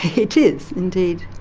it is, indeed.